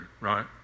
right